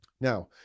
Now